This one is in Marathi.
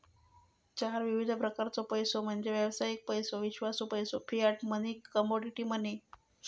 चार विविध प्रकारचो पैसो म्हणजे व्यावसायिक पैसो, विश्वासू पैसो, फियाट मनी, कमोडिटी मनी